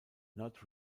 not